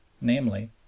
namely